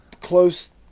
close